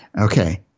okay